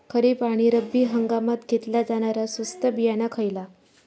खरीप आणि रब्बी हंगामात घेतला जाणारा स्वस्त बियाणा खयला?